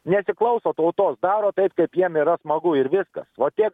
nesiklauso tautos daro taip kaip jiem yra smagu ir viskas vo tiek